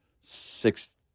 six